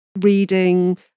reading